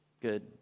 Good